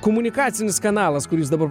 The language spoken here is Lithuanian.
komunikacinis kanalas kuris dabar